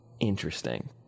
interesting